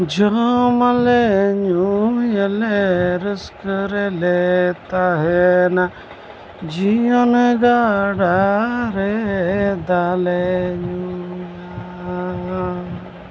ᱡᱚᱢ ᱟᱞᱮ ᱧᱩᱭᱟᱞᱮ ᱨᱟᱹᱥᱠᱟᱹ ᱨᱮᱞᱮ ᱛᱟᱦᱮᱸᱱᱟ ᱡᱤᱭᱚᱱ ᱜᱟᱰᱟ ᱨᱮ ᱫᱟᱜᱞᱮ ᱧᱩᱭᱟ